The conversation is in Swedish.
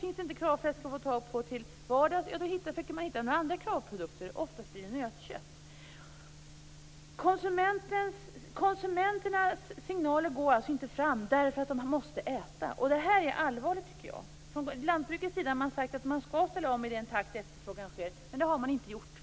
Finns det inte Kravfläsk att få tag på till vardags försöker man hitta några andra Kravprodukter. Oftast blir det nötkött. Konsumenternas signaler går alltså inte fram därför att de måste äta. Det här är allvarligt tycker jag. Från lantbrukets sida har man sagt att man skall ställa om i den takt efterfrågan sker, men det har man inte gjort.